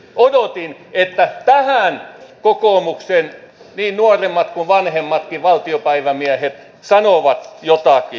odotin että tähän kokoomuksen niin nuoremmat kuin vanhemmatkin valtiopäivämiehet sanovat jotakin